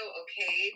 okay